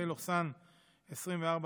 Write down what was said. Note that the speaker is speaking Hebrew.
פ/1345/24,